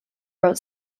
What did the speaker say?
wrote